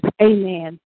Amen